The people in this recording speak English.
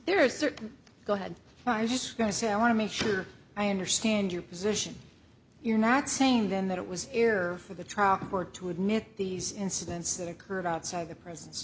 there are certain go ahead are just going to say i want to make sure i understand your position you're not saying then that it was here for the trial or to admit these incidents that occurred outside the pres